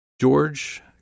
George